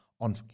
On